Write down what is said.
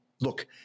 look